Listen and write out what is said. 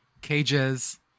Cages